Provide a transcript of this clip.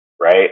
right